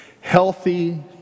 Healthy